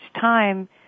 time